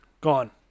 Gone